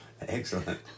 Excellent